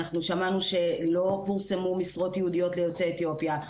אנחנו שמענו שלא פורסמו משרות ייעודיות ליוצאי אתיופיה.